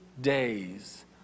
days